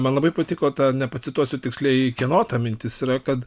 man labai patiko ta nepacituosiu tiksliai kieno ta mintis yra kad